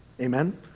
Amen